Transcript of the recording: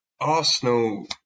Arsenal